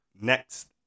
Next